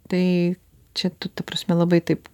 tai čia tu ta prasme labai taip